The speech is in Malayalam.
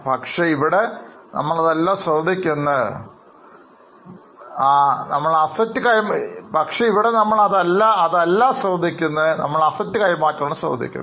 പക്ഷേ ഇവിടെ നമ്മൾ അതെല്ലാം ശ്രദ്ധിക്കുന്നത് നമ്മൾ Asset കൈമാറ്റമാണ് ശ്രദ്ധിക്കുന്നത്